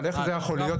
אבל איך זה יכול להיות,